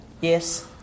yes